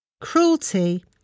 cruelty